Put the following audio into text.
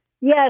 yes